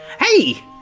Hey